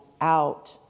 out